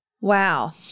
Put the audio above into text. Wow